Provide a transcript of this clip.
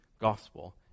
gospel